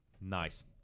nice